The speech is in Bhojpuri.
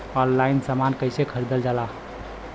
ऑनलाइन समान कैसे खरीदल जाला?